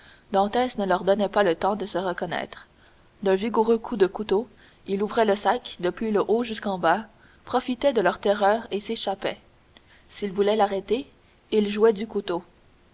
dantès ne leur donnait pas le temps de se reconnaître d'un vigoureux coup de couteau il ouvrait le sac depuis le haut jusqu'en bas profitait de leur terreur et s'échappait s'ils voulaient l'arrêter il jouait du couteau